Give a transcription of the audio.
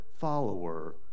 follower